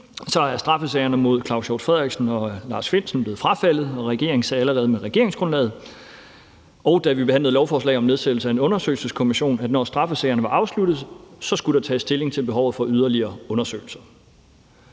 er straffesagerne mod Claus Hjort Frederiksen og Lars Findsen frafaldet, og regeringen sagde allerede med regeringsgrundlaget, og da vi behandlede lovforslag om nedsættelse af en undersøgelseskommission, at når straffesagerne var afsluttet, skulle der tages stilling til behovet for yderligere undersøgelser.